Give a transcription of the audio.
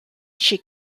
she